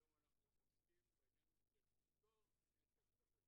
היום אנחנו עוסקים בעניין פטור מנטל כבד,